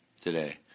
today